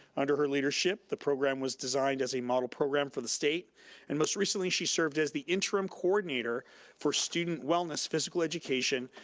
under her leadership, the program was designed as a model program for the state and most recently she served as the interim coordinator for student wellness, physical education,